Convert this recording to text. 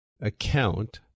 account